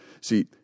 See